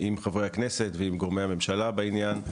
עם חברי הכנסת ועם גורמי הממשלה בעניין,